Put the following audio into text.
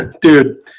dude